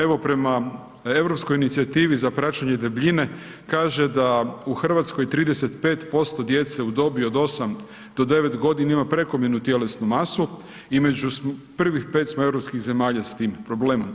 Evo, prema europskoj inicijativi za praćenje debljine, kaže da u Hrvatskoj 35% djece u dobi od 8-9 godina ima prekomjernu tjelesnu masu i među prvih 5 smo europskih zemalja s tim problemom.